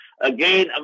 Again